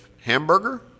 hamburger